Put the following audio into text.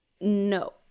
No